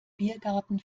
biergarten